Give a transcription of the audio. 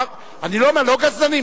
אני לא אומר, לא גזלנים.